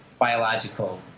biological